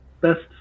best